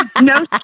No